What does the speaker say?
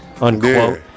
unquote